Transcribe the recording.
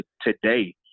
today